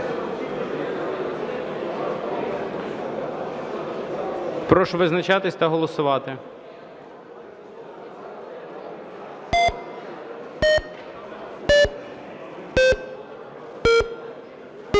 Прошу визначатися та голосувати.